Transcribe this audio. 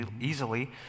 easily